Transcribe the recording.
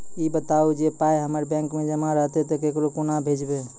ई बताऊ जे पाय हमर बैंक मे जमा रहतै तऽ ककरो कूना भेजबै?